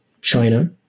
China